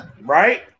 right